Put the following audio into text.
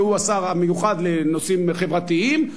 שהוא השר המיוחד לנושאים החברתיים,